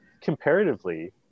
comparatively